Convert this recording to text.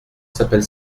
s’appelle